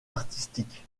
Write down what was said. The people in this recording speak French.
artistique